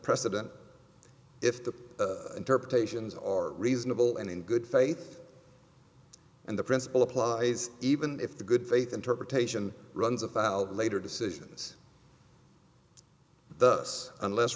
precedent if the interpretations are reasonable and in good faith and the principle applies even if the good faith interpretation runs afoul of later decisions thus unless